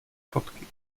fotky